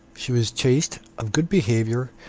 she was chaste, of good behaviour,